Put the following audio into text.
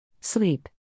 Sleep